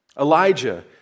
Elijah